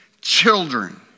children